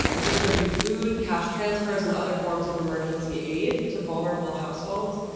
distribute food, cash transfers and other forms of emergency aid to vulnerable households.